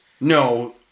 No